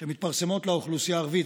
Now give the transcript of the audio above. שמתפרסמות לאוכלוסייה הערבית.